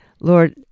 Lord